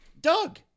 Doug